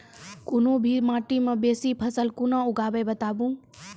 कूनू भी माटि मे बेसी फसल कूना उगैबै, बताबू?